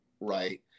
right